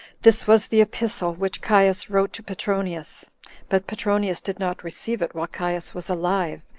this was the epistle which caius wrote to petronius but petronius did not receive it while caius was alive,